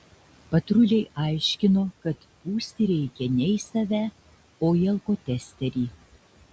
patruliai aiškino kad pūsti reikia ne į save o į alkotesterį